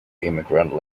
immigrant